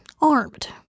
armed